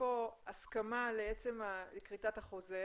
כאן הסכמה לכריתת החוזה